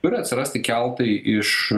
turi atsirasti keltai iš